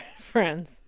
friends